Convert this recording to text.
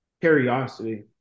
curiosity